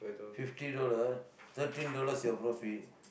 fifty dollar thirteen dollars your profit